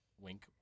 wink